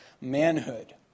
manhood